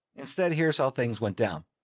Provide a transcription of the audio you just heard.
instead, here's how things went down.